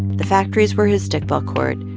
the factories were his stickball court,